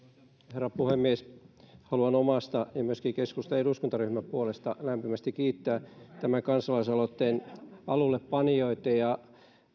herra puhemies haluan omasta ja myöskin keskustan eduskuntaryhmän puolesta lämpimästi kiittää tämän kansalaisaloitteen alullepanijoita